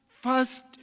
first